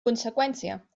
conseqüència